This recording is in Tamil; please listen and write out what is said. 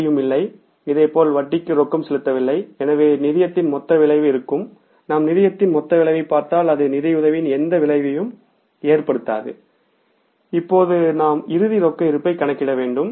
வட்டி இல்லை இதேபோல் வட்டிக்கு ரொக்கம் செலுத்தவில்லை எனவே நிதியத்தின் மொத்த விளைவு இருக்கும் நாம் நிதியத்தின் மொத்த விளைவுகளைப் பார்த்தால் அது நிதியுதவியின் எந்த விளைவையும் ஏற்படுத்தாது இப்போது நாம் இறுதி ரொக்க இருப்பை கணக்கிட வேண்டும்